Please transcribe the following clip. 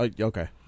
Okay